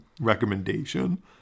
recommendation